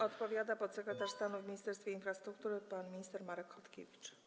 Odpowiada podsekretarz stanu w Ministerstwie Infrastruktury pan minister Marek Chodkiewicz.